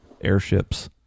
airships